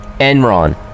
Enron